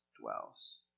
dwells